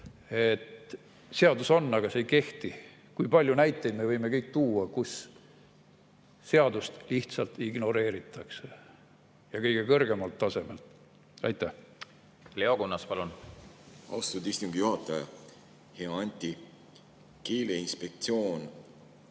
Seadus on, aga see ei kehti. Kui palju näiteid me võime kõik tuua, kus seadust lihtsalt ignoreeritakse ja [seda] kõige kõrgemal tasemel? Leo Kunnas, palun! Austatud istungi juhataja! Hea Anti! Keeleinspektsioon